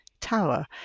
tower